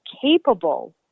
capable